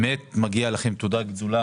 באמת מגיעה לכם תודה גדולה